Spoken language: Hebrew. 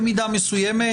במידה מסוימת